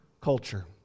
culture